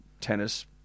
tennis